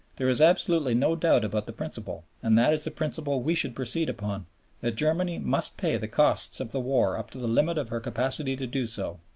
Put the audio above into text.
there is absolutely no doubt about the principle, and that is the principle we should proceed upon that germany must pay the costs of the war up to the limit of her capacity to do so.